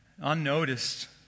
unnoticed